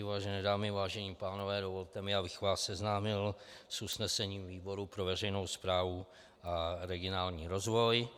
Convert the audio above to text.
Vážené dámy, vážení pánové, dovolte mi, abych vás seznámil s usnesením výboru pro veřejnou správu a regionální rozvoj: